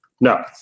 no